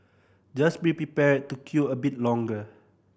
just be prepared to queue a bit longer